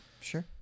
Sure